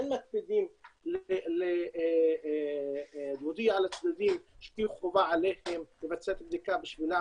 כן מקפידים להודיע לצדדים שחובה עליהם לבצע את הבדיקה בשבילם